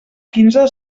quinze